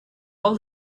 all